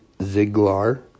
Ziglar